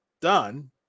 done